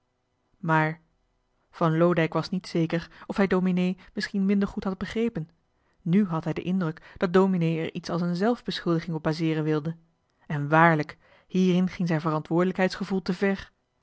maar van loodijck was niet zeker of hij dominee misschien minder goed had begrepen n had hij ien indruk dat dominee er iets als een zelfbeschuldiging op bazeeren wilde en waarlijk hierin ging zijn verantwoordelijkheidsgevoel te ver